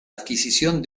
adquisición